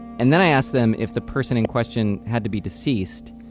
and then i asked them if the person in question had to be deceased,